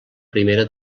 primera